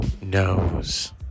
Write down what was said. knows